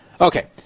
Okay